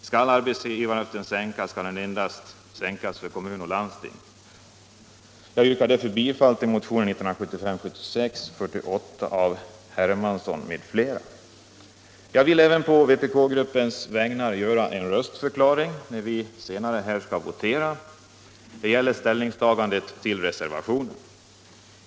Skall arbetsgivaravgiften sänkas skall den endast sänkas för kommuner och landsting. Jag yrkar därför bifall till motionen 1975/76:48 av herr Hermansson m.fl. Jag vill även på vpk-gruppens vägnar avge en röstförklaring avseende den kommande voteringen och vårt ställningstagande till reservationen.